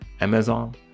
Amazon